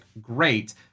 great